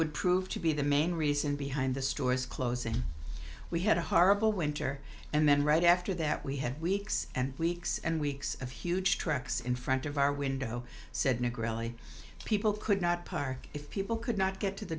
would prove to be the main reason behind the store's closing we had a horrible winter and then right after that we had weeks and weeks and weeks of huge trucks in front of our window said new grilli people could not park if people could not get to the